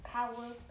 Power